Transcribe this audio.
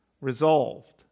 resolved